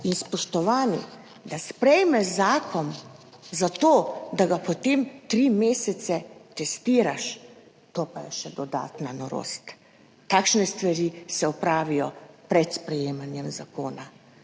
Spoštovani, da sprejmeš zakon zato, da ga potem tri mesece testiraš, to pa je še dodatna novost. Takšne stvari se opravijo pred sprejemanjem zakona